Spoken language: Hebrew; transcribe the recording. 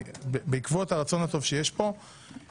בעקבות הרצון הטוב שיש פה,